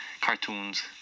cartoons